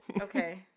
Okay